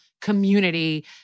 community